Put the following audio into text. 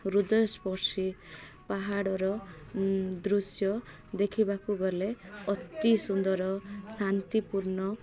ହୃଦୟସ୍ପର୍ଶୀ ପାହାଡ଼ର ଦୃଶ୍ୟ ଦେଖିବାକୁ ଗଲେ ଅତି ସୁନ୍ଦର ଶାନ୍ତିପୂର୍ଣ୍ଣ